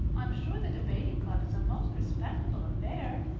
i'm sure the debating club is a most respectable affair,